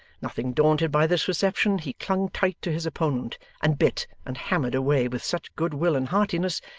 nothing daunted by this reception, he clung tight to his opponent, and bit and hammered away with such good-will and heartiness,